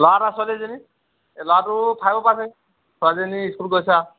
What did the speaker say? ল'ৰা এটা ছোৱালী এজনী এই ল'ৰাটো ফাইভত পাইছে ছোৱালীজনী স্কুল গৈছে